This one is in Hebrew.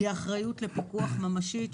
תהיה אחריות לפיקוח ממשית,